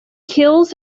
kills